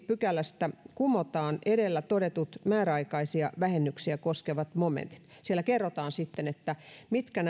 pykälästä kumotaan edellä todetut määräaikaisia vähennyksiä koskevat momentit siellä kerrotaan sitten mitkä